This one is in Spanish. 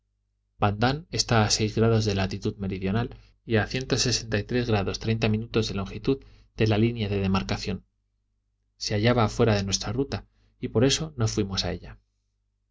está a seis grados de latitud meridional y a cierto grado treinta minutos de longitud de la línea de demarcación se hallaba fuera de nuestra ruta y por eso no fuimos a ella